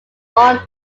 own